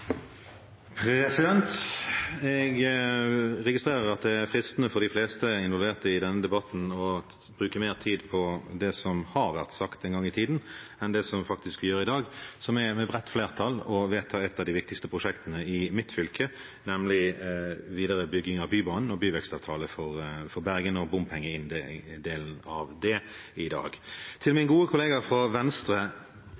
fristende for de fleste involverte i denne debatten å bruke mer tid på det som har vært sagt en gang i tiden, enn på det vi faktisk skal gjøre i dag: med bredt flertall å vedta et av de viktigste prosjektene i mitt fylke, nemlig videre utbygging av Bybanen, en byvekstavtale for Bergen og bompengedelen av det.